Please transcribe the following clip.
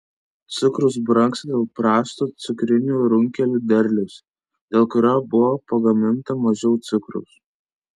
cukrus brangsta dėl prasto cukrinių runkelių derliaus dėl kurio buvo pagaminta mažiau cukraus